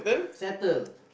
settle